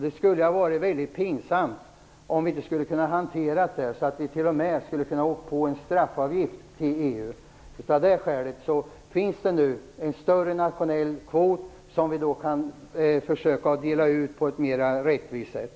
Det skulle ha varit mycket pinsamt om vi inte kunnat hantera detta, så att Sverige t.o.m. åkt på att betala en straffavgift till EU. Av detta skäl finns det nu en större nationell kvot som vi kan försöka att dela ut på ett mer rättvist sätt.